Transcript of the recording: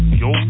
yo